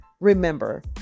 Remember